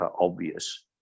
obvious